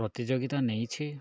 ପ୍ରତିଯୋଗିତା ନେଇଛି